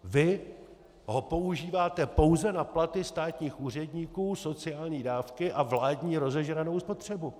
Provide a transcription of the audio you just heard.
Vy ho používáte pouze na platy státních úředníků, sociální dávky a vládní rozežranou spotřebu.